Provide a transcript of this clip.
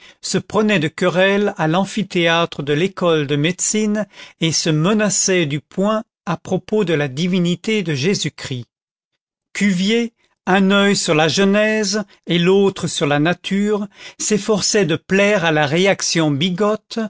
se prenaient de querelle à l'amphithéâtre de l'école de médecine et se menaçaient du poing à propos de la divinité de jésus-christ cuvier un oeil sur la genèse et l'autre sur la nature s'efforçait de plaire à la réaction bigote